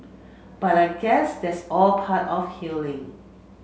but I guess that's all part of healing